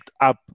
up